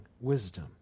wisdom